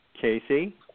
Casey